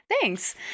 Thanks